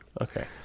okay